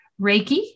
Reiki